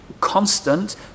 constant